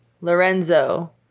Lorenzo